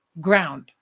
ground